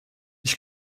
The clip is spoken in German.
ich